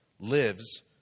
lives